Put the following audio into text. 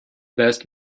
best